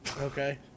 Okay